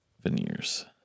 veneers